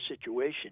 situation